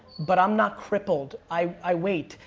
but i'm not crippled. i wait.